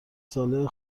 ساله